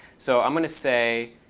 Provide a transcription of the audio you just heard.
so i'm going to say